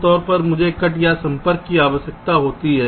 आम तौर पर मुझे कट या संपर्क की आवश्यकता होती है